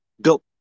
built